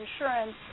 insurance